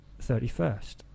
31st